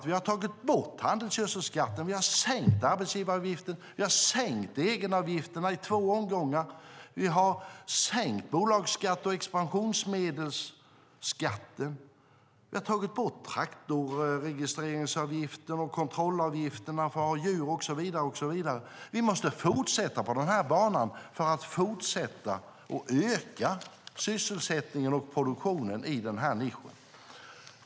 Vi har tagit bort handelsgödselskatten, sänkt arbetsgivaravgiften, sänkt egenavgifterna i två omgångar, sänkt bolagsskatten, sänkt expansionsmedelsskatten, tagit bort traktorregistreringsavgiften, tagit bort kontrollavgifterna för djur och så vidare. Vi måste fortsätta på denna bana, fortsätta att öka sysselsättningen och produktionen i den här nischen.